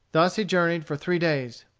thus he journeyed for three days.